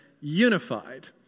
unified